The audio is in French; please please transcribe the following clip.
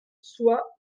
soit